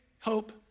hope